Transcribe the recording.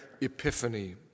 epiphany